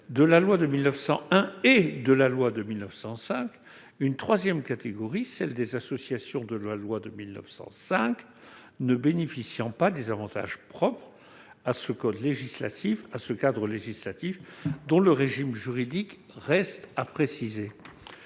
de la loi de 1901 et de la loi de 1905, une troisième catégorie, celle des associations de la loi de 1905 ne bénéficiant pas des avantages propres à ce cadre législatif, dont le régime juridique reste à préciser.